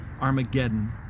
Armageddon